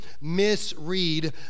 misread